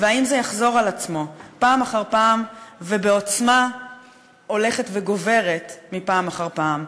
והאם זה יחזור על עצמו פעם אחר פעם ובעוצמה הולכת וגוברת פעם אחר פעם?